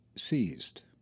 seized